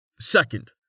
Second